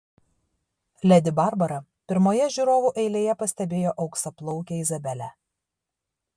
ledi barbara pirmoje žiūrovų eilėje pastebėjo auksaplaukę izabelę